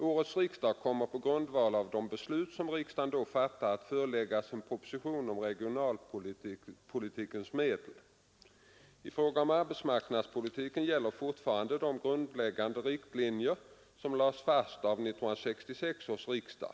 Årets riksdag kommer på grundval av det beslut som riksdagen då fattade att föreläggas en proposition om regionalpolitikens medel. I fråga om arbetsmarknadspolitiken gäller fortfarande de grundläggande riktlinjer som lades fast av 1966 års riksdag.